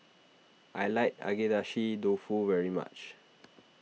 I like Agedashi Dofu very much